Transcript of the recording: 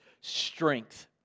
strength